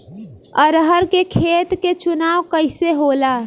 अरहर के खेत के चुनाव कइसे होला?